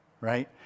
right